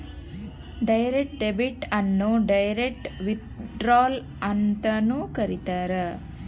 direct debit ಅನ್ನು direct withdrawal ಅಂತನೂ ಕರೀತಾರ